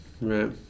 Right